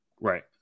Right